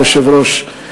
אדוני היושב-ראש.